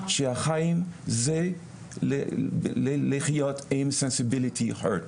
שהחיים זה לחיות עם רגישויות כואבות,